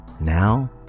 Now